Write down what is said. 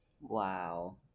Wow